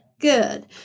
Good